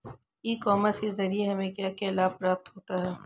ई commerce के ज़रिए हमें क्या क्या लाभ प्राप्त होता है?